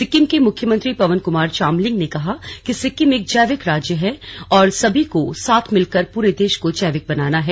सिक्किम के मुख्यमंत्री पवन कुमार चामलिंग ने कहा कि सिक्किम एक जैविक राज्य है और हम सभी को साथ मिलकर पूरे देश को जैविक बनाना है